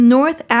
North